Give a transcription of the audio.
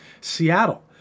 Seattle